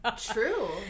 true